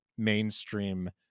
mainstream